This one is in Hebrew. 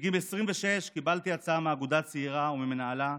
בגיל 26 קיבלתי הצעה מאגודה צעירה וממנהלה,